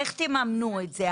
איך תממנו את זה?